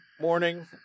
morning